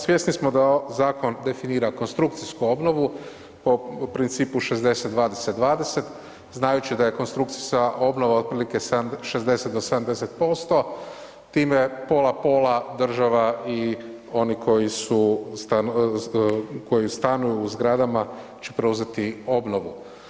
Svjesni smo da zakon definira konstrukcijsku obnovu po principu 60:20:20 znajući da je konstrukcijska obnova otprilike 60 do 70% time pola pola država i oni koji su, koji stanuju u zgradama će preuzeti obnovu.